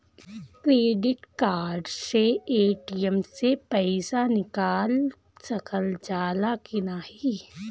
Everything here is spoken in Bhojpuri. क्रेडिट कार्ड से ए.टी.एम से पइसा निकाल सकल जाला की नाहीं?